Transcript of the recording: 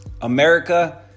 America